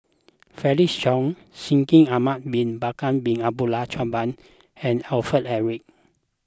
Felix Cheong Shaikh Ahmad Bin Bakar Bin Abdullah Jabbar and Alfred Eric